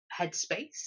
headspace